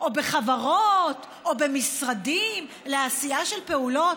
או בחברות או במשרדים לעשייה של פעולות?